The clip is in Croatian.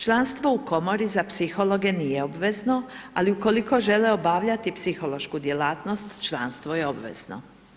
Članstvo u Komori za psihologe nije obvezno, ali ukoliko žele obavljati psihološku djelatnost, članstvo je obvezno.